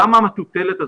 למה המטוטלת הזו?